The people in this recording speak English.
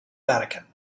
vatican